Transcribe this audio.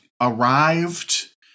arrived